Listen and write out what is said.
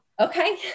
Okay